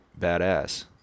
badass